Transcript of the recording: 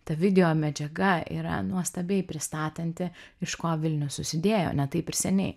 ta videomedžiaga yra nuostabiai pristatanti iš ko vilnius susidėjo ne taip ir seniai